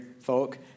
folk